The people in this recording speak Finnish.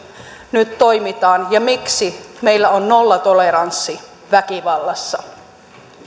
nyt toimitaan ja miksi meillä on nollatoleranssi väkivallassa